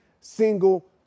single